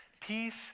Peace